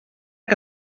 que